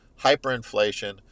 hyperinflation